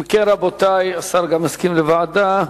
אם כן, רבותי, השר גם מסכים לוועדה.